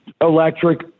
electric